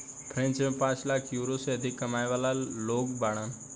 French में पांच lakh euro से अधिक कमाए वाला लोग बाड़न